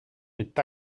est